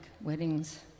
weddings